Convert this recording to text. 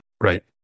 Right